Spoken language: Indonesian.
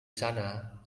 sana